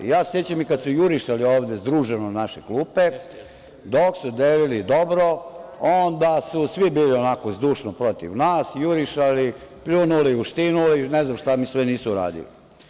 Ja se sećam i kada su jurišali ovde združeno u naše klupe, dok su delili dobro onda su svi bili onako zdušno protiv nas, jurišali pljunuli, uštinuli, ne znam šta mi sve nisu uradili.